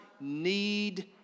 need